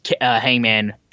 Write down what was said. hangman